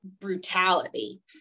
brutality